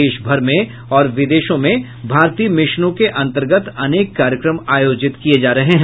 देशभर में और विदेश में भारतीय मिशनों के अंतर्गत अनेक कार्यक्रम आयोजित किये जा रहे हैं